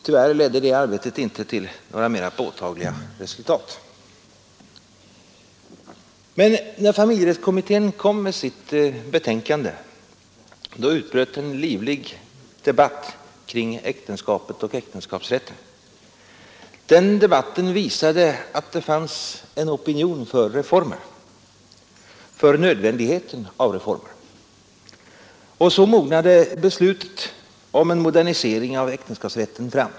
Tyvärr ledde det arbetet inte till några mera påtagliga resultat. Men när familjerättskommittén kom med sitt betänkande utbröt en livlig debatt kring äktenskapet och äktenskapsrätten. Den debatten visade att det fanns en opinion för reformer — för nödvändigheten av reformer. Och så mognade beslutet om en modernisering av äktenskapsrätten fram.